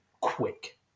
quick